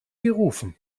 gerufen